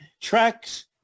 tracks